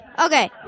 okay